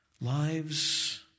lives